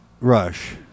rush